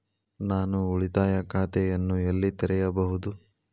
ನಾನು ಉಳಿತಾಯ ಖಾತೆಯನ್ನು ಎಲ್ಲಿ ತೆರೆಯಬಹುದು?